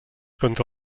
contra